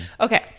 Okay